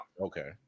Okay